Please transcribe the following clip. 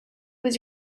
was